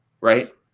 right